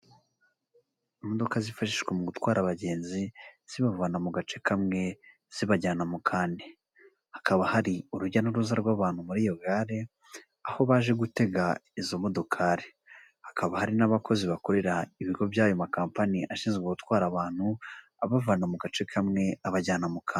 Imodoka zifashishwa mu gutwara abagenzi, zibavana mu gace kamwe, zibajyana mu kandi. Hakaba hari urujya n'uruza rw'abantu muri iyo gare, aho baje gutega izo modokari. Hakaba hari n'abakozi bakorera ibigo by'ayo makampani, ashinzwe gutwara abantu, abavana mu gace kamwe abajyana mu kandi.